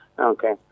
Okay